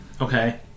Okay